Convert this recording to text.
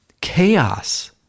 chaos